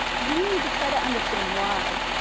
we need to try to understand why.